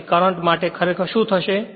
પછી કરંટ માટે ખરેખર શું થશે